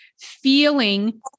feeling